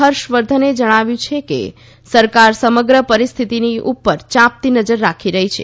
હર્ષવર્ધને જણાવ્યુ છે કે સરકાર સમગ્ર પરિસ્થિતી ઉપર યાંપતી નજર રાખી રહી છે